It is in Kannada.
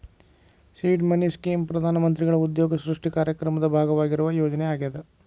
ಸೇಡ್ ಮನಿ ಸ್ಕೇಮ್ ಪ್ರಧಾನ ಮಂತ್ರಿಗಳ ಉದ್ಯೋಗ ಸೃಷ್ಟಿ ಕಾರ್ಯಕ್ರಮದ ಭಾಗವಾಗಿರುವ ಯೋಜನೆ ಆಗ್ಯಾದ